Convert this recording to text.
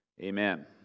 Amen